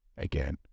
Again